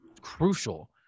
crucial